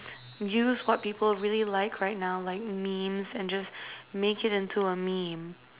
use what people really like right now like memes and just make it into a meme